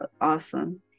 awesome